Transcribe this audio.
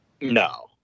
No